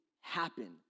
happen